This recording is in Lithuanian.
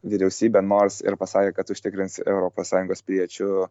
vyriausybė nors ir pasakė kad užtikrins europos sąjungos piliečių